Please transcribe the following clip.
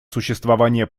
существование